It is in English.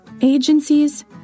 agencies